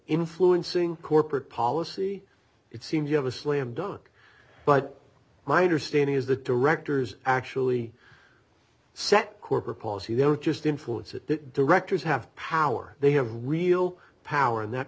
influencing corporate policy it seems you have a slam dunk but my understanding is the directors actually set corporate policy they're just influence it directors have power they have real power and that